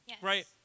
Right